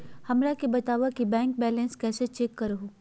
हमरा के बताओ कि बैंक बैलेंस कैसे चेक करो है?